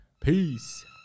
Peace